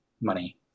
money